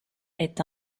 est